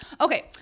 okay